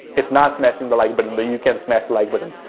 it's not smashing the like button, but you can smash the like button.